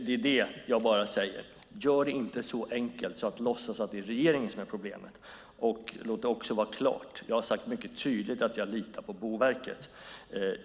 Gör det inte så enkelt som att låtsas att det är regeringen som är problemet. Låt det även vara klart att jag mycket tydligt sagt att jag litar på Boverket.